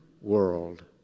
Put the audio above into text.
world